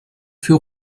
für